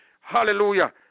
Hallelujah